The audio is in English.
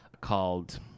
called